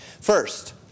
First